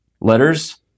letters